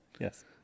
Yes